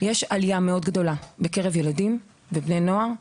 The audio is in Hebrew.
יש עלייה מאוד גדולה בילדים ובני נוער,